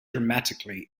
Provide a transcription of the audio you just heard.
dramatically